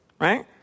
right